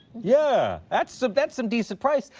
yeah that's so that's some decent price.